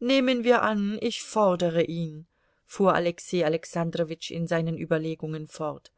nehmen wir an ich fordere ihn fuhr alexei alexandrowitsch in seinen überlegungen fort